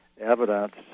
evidence